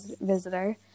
visitor